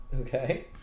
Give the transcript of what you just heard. Okay